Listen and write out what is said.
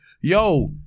yo